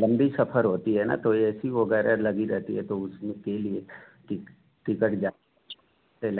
लंबी सफर होती है ना तो ए सी वगैरह लगी रहती है तो उसमें के लिए टिकट जा दे लग